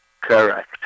Correct